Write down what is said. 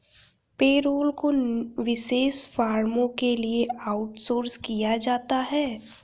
payroll को विशेष फर्मों के लिए आउटसोर्स किया जाता है